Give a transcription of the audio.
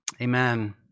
amen